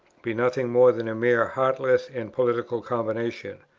be nothing more than a mere heartless and political combination.